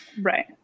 Right